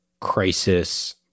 crisis